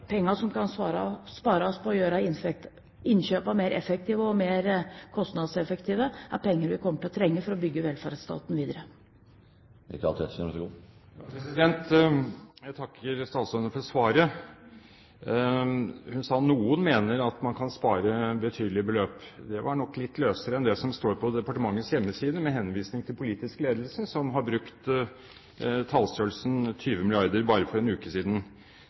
som kan spares på å gjøre innkjøpene mer effektive og mer kostnadseffektive, er penger vi kommer til å trenge for å bygge velferdsstaten videre. Jeg takker statsråden for svaret. Hun sa at noen mener at man kan spare betydelige beløp. Det var nok litt løsere enn det som står på departementets hjemmeside med henvisning til politisk ledelse, som har brukt tallstørrelsen 20 mrd. kr bare for en uke siden.